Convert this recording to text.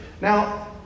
Now